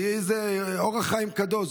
כי הוא אור החיים הקדוש,